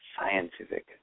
scientific